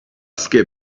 skip